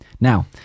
Now